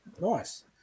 Nice